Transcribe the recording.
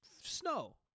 snow